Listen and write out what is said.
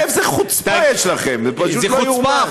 איזו חוצפה יש לכם, זה פשוט לא יאומן.